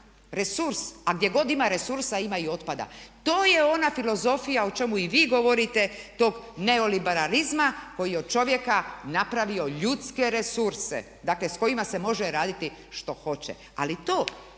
resurs. A gdje god ima resursa ima i otpada. To je ona filozofija o čemu i vi govorite tog neoliberalizma koji od je od čovjeka napravio ljudske resurse dakle s kojima se može raditi što hoće. Ali to